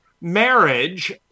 marriage